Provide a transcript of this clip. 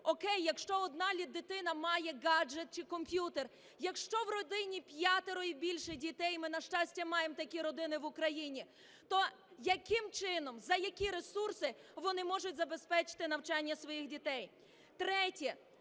О'кей, якщо одна дитина має гаджет чи комп'ютер, якщо в родині п'ятеро і більше дітей (ми, на щастя, маємо такі родини в Україні), то яким чином, за які ресурси вони можуть забезпечити навчання своїх дітей?